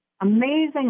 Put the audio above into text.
amazing